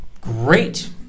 great